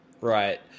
right